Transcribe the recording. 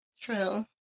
true